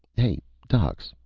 hey, docs,